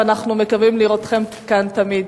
ואנחנו מקווים לראותכם כאן תמיד.